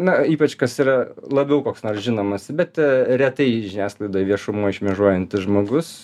na ypač kas yra labiau koks nors žinomas bet retai žiniasklaidoj viešumoj šmėžuojantis žmogus